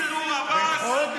זה לא דבר שהוא פסול על פניו.